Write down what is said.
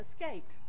escaped